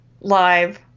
live